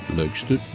leukste